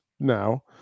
now